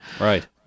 Right